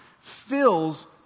fills